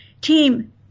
team